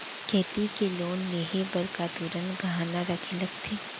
खेती के लोन लेहे बर का तुरंत गहना रखे लगथे?